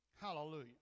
Hallelujah